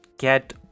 get